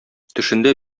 төшендә